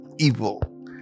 Evil